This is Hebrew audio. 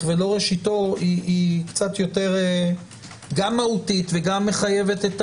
ולא ראשיתו היא גם מהותית וגם מחייבת את